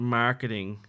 marketing